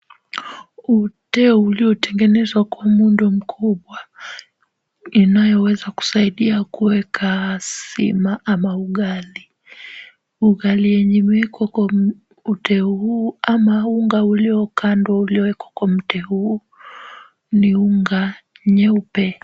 Uteo uliotengenezwa kwa muundo mkubwa, yanayoweza kusaidia kuweka sima ama ugali. Ugali yenye imewekwa kwa uteo huu ama unga uliokandwa uliowekwa kwa uteo huu ni unga nyeupe.